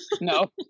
No